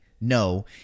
No